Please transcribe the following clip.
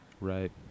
right